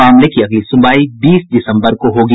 मामले की अगली सुनवाई बीस दिसम्बर को होगी